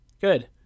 Good